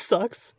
Sucks